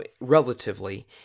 relatively